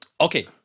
okay